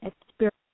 experience